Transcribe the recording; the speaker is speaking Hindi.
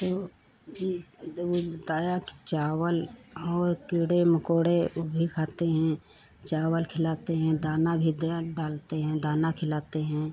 तो बताया कि चावल और कीड़े मकोड़े उ भी खाते हैं चावल खिलाते हैं दाना भी दा डालते हैं दाना खिलाते हैं